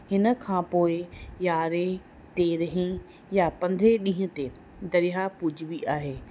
हिन खां पोइ यारहें तेरहें या पंद्रहें ॾींहं ते दरयाह पूॼिबी आहे